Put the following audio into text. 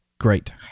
great